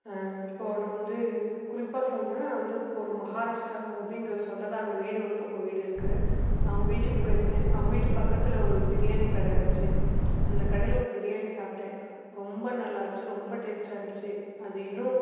இப்போது நான் வந்து குறிப்பாக சொல்லணுன்னா நான் வந்து ஒரு மஹாராஷ்ட்ராவை வந்து எங்கள் சொந்தக்காரவங்க வீடு ஒருத்தவங்க வீடு இருக்குது அவங்க வீட்டுக்கு போயிருந்தேன் அவங்க வீட்டு பக்கத்தில் ஒரு பிரியாணி கடை இருந்துச்சு அந்த கடையில ஒரு பிரியாணி சாப்பிட்டேன் ரொம்ப நல்லா இருந்துச்சு ரொம்ப டேஸ்ட்டாக இருந்துச்சு அது இன்னும்